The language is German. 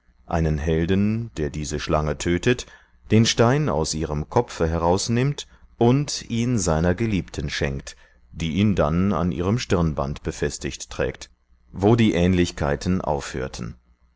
einen helden der diese schlange tötet den stein aus ihrem kopfe herausnimmt und ihn seiner geliebten schenkt die ihn dann an ihrem stirnband befestigt trägt wo die ähnlichkeiten aufhörten